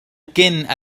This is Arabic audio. كين